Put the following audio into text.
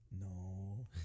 No